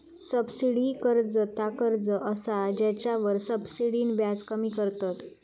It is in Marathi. सब्सिडी कर्ज ता कर्ज असा जेच्यावर सब्सिडीन व्याज कमी करतत